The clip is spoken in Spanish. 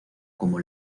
como